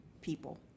people